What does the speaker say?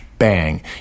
bang